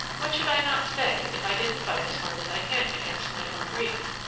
what should i not say, if i didn't fight as hard as i can against my own grief?